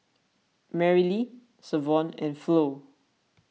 Marilee Savon and Flo